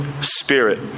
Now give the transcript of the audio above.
Spirit